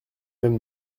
mêmes